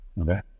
Okay